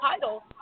title